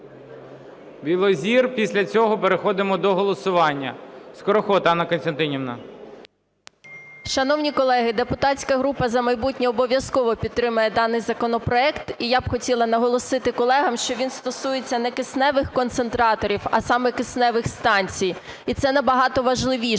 Білозір, після цього переходимо до голосування. Скороход Анна Костянтинівна. 11:51:46 СКОРОХОД А.К. Шановні колеги, депутатська група "За майбутнє" обов'язково підтримає даний законопроект. І я б хотіла наголосити колегам, що він стосується не кисневих концентраторів, а саме кисневих станцій. І це набагато важливіше.